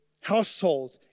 household